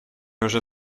уже